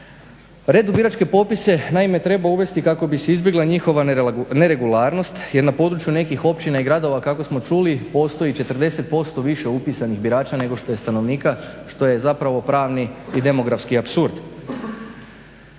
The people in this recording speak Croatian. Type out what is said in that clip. Red u biračke popise, naime treba uvesti kako bi se izbjegla njihova neregularnost, jer na području nekih općina i gradova kako smo čuli postoji 40% više upisanih birača nego što je stanovnika, što je zapravo pravni i demografski apsurd.